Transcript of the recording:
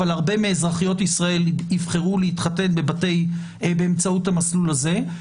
אבל הרבה מאזרחיות ישראל יבחרו להתחתן באמצעות המסלול הזה,